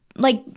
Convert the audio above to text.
like,